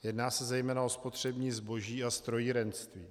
Jedná se zejména o spotřební zboží a strojírenství.